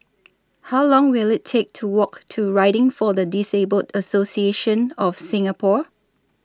How Long Will IT Take to Walk to Riding For The Disabled Association of Singapore